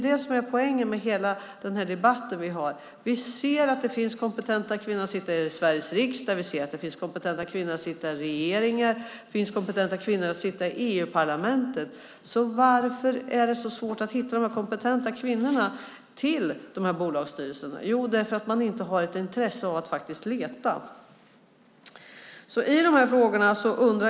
Det som är poängen med hela den här debatten är att vi ser att det finns kompetenta kvinnor som sitter här i Sveriges riksdag, i regeringen och i EU-parlamentet. Varför är det då så svårt att hitta de kompetenta kvinnorna till bolagsstyrelserna? Jo, därför att man inte har ett intresse av att faktiskt leta. Herr talman!